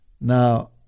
Now